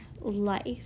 life